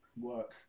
work